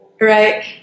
Right